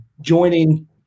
joining